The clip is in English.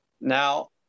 Now